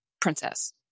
Princess